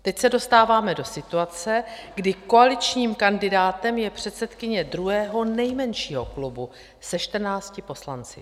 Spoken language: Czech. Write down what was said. Teď se dostáváme do situace, kdy koaličním kandidátem je předsedkyně druhého nejmenšího klubu se 14 poslanci.